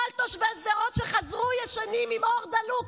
כל תושבי שדרות שחזרו ישנים עם אור דלוק.